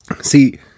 see